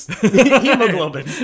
Hemoglobin